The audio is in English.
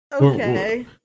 okay